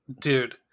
dude